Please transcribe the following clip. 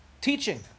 teaching